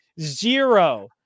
zero